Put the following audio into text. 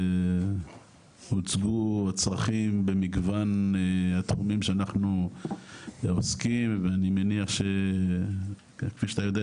הוצגו הצרכים במגוון התחומים שאנחנו עוסקים ואני מניח שכפי שאתה יודע,